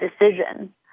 decision